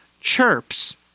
chirps